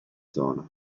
zona